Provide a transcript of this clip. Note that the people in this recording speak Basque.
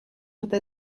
urte